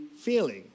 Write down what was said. feeling